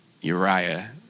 Uriah